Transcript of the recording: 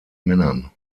männern